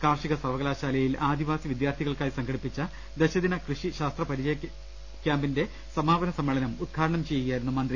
കാർഷിക സർവ്വകലാശാലയിൽ ആദിവാസി വിദ്യാർത്ഥി കൾക്കായി സംഘടിപ്പിച്ച ദശദിന കൃഷിശാസ്ത്ര പരിചയ കൃാമ്പിന്റെ സമാപന സമ്മേളനം ഉദ്ഘാടനം ചെയ്യുകയായി രുന്നു മന്തി